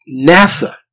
NASA